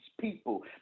people